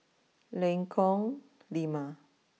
Lengkong Lima